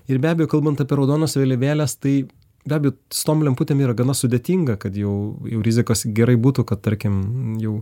ir be abejo kalbant apie raudonas vėliavėles tai be abejo su tom lemputėm yra gana sudėtinga kad jau jau rizikos gerai būtų kad tarkim jau